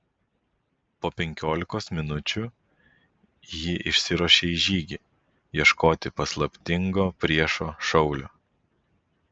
po penkiolikos minučių ji išsiruošė į žygį ieškoti paslaptingo priešo šaulio